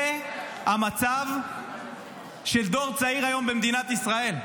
זה המצב של הדור הצעיר היום במדינת ישראל,